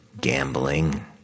Gambling